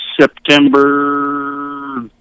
September